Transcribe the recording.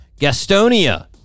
Gastonia